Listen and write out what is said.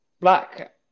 black